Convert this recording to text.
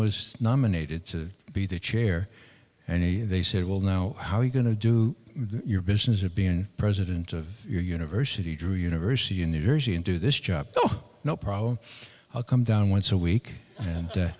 was nominated to be the chair and he they said well now how are you going to do your business of being president of your university drew university in new jersey and do this job no problem i'll come down once a week and